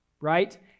right